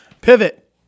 Pivot